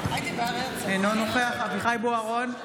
אינו נוכח אביחי אברהם בוארון,